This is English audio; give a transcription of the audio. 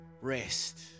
Rest